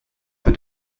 peu